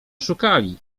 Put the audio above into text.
szukali